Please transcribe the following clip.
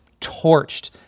torched